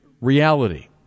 reality